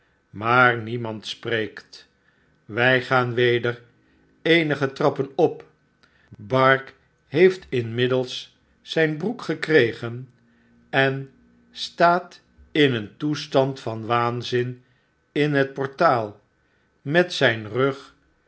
maar niemand spreekt wy gaan weder eenige trappen op bark heeft inmiddels zyn broek gekregen en staat in een toestand van waanzin in het portaal met zyn rug